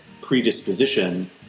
predisposition